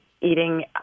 eating